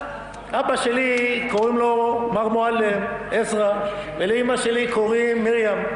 אבא שלי קוראים לו מר מועלם עזרא ולאימא שלי קוראים מרים,